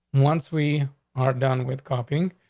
once we are done with copy,